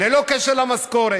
ללא קשר למשכורת.